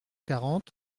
quarante